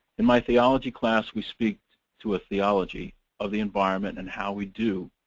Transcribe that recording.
in my theology class, we speak to a theology of the environment and how we do.